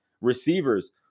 receivers